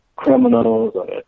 criminals